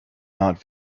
not